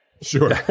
Sure